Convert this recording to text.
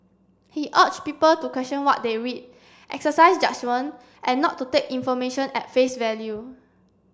he urge people to question what they read exercise judgement and not to take information at face value